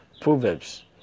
Proverbs